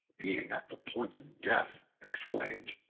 being the point of death, exclaimed,